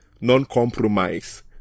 non-compromise